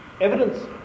Evidence